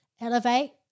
Elevate